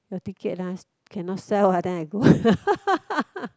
your ticket lah cannot sell ah then I go